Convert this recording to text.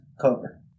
cover